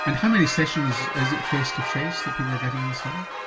and how many sessions is it face to face that people are getting the study?